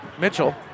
Mitchell